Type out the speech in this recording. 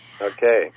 Okay